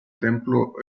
templo